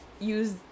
use